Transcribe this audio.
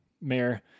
mayor-